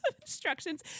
instructions